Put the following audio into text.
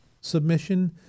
submission